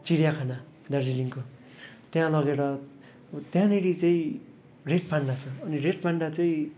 चिडिया खाना दार्जिलिङको त्यहाँ लगेर त्यहाँनिर चाहिँ रेड पान्डा छ अनि रेड पान्डा चाहिँ